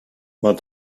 war